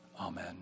Amen